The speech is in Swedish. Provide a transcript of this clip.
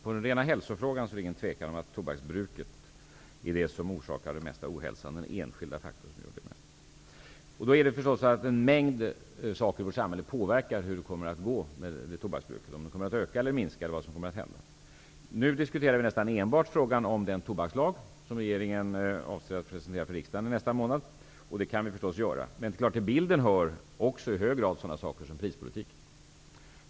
Men rent hälsomässigt råder det inget tvivel om att tobaksbruket är den enskilda faktor som förorsakar den största ohälsan. En mängd saker i samhället påverkar naturligtvis utvecklingen vad gäller tobaksbruket, t.ex. om detta kommer att öka eller minska. Nu diskuterar vi nästan enbart frågan om den tobakslag som regeringen avser att nästa månad presentera för riksdagen, och det kan vi förstås göra. Men till bilden hör också i hög grad en sådan sak som prispolitiken.